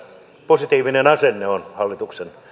positiivinen asenne on hallituksen